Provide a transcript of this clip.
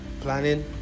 planning